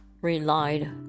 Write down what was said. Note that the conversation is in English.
relied